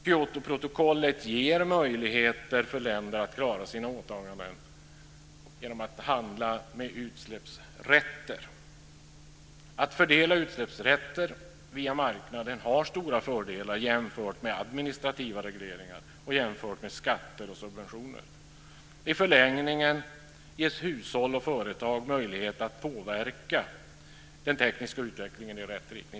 Kyotoprotokollet ger möjligheter för länder att klara sina åtaganden genom att handla med utsläppsrätter. Att fördela utsläppsrätter via marknaden har stora fördelar jämfört med administrativa regleringar och jämfört med skatter och subventioner. I förlängningen ges hushåll och företag möjlighet att påverka den tekniska utvecklingen i rätt riktning.